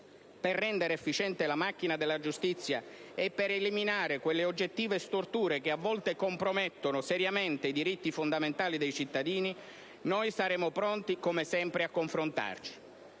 per rendere efficiente la macchina della giustizia e per eliminare quelle oggettive storture che a volte compromettono seriamente i diritti fondamentali dei cittadini, noi saremo pronti come sempre a confrontarci.